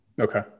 Okay